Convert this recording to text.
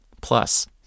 Plus